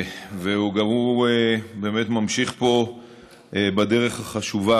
הוא באמת ממשיך פה בדרך החשובה